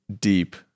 deep